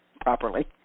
properly